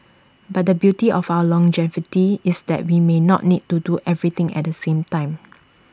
but the beauty of our longevity is that we may not need to do everything at the same time